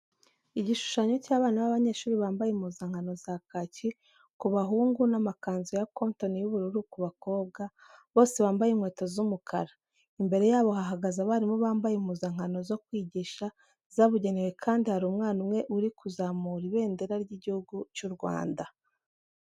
Igishushanyo cy'abana b'abanyeshuri bambaye impuzankano za kaki ku bahungu, n'amakanzu ya kontoni y'ubururu ku bakobwa, bose bambaye inkweto z'umukara. Imbere yabo hahagaze abarimu bambaye impuzankano zo kwigisha zabugenewe kandi hari umwana umwe uri kuzamura ibendera ry'Igihugu cy'u Rwanda.